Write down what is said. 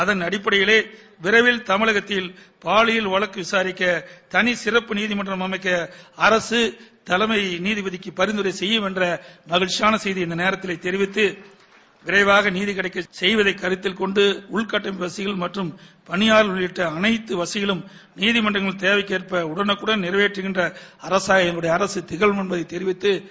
அதன் அடிப்படையிலே விரைவில் தமிழகத்தில் பாலியல் வழக்குகளை விசாரிகக்க தனிசிறப்பு நீதிமன்றம் அமைக்க அரசு தலைமை நீதிபதிக்கு பரிந்துரை செய்யும் என்ற மகிழ்ச்சியான செய்தியை இந்த நேரத்திலே தெரிவித்து விரைவாக நீதி கிடைக்கச்செய்வதை கருத்தில் கொண்டு உள் கட்டமைப்புவசதிகள் மற்றும் பனியாளர் உள்ளிட்ட அனைத்து வசதிகளையும் நீதிமன்றங்களின் தேவைக்கு ஏற்ப உடலுக்குடள் அரசாக என்னுடைய அரசு திகழும் என்று தெரிவித்துக் கொள்கிறேன்